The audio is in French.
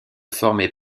former